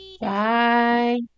bye